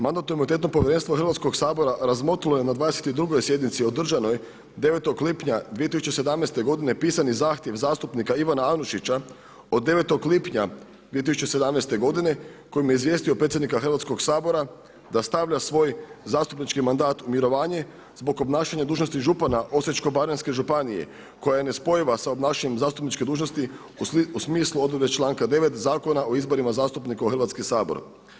Mandatno-imunitetno povjerens9vo Hrvatskog sabora razmotrilo je na 22. sjednici održanoj 7. lipnja 2017. godine pisani zahtjev zastupnika Ivana Anušića od 9. lipnja 2017. godine kojim je izvijestio predsjednika Hrvatskog sabora da stavlja svoj zastupnički mandat u mirovanje zbog obnašanja dužnosti župana Osiječko-baranjske županije koja je nespojiva sa obnašanjem zastupničke dužnosti u smislu odredbe članka 9. Zakona o izborima zastupnika u Hrvatski sabor.